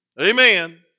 Amen